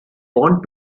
want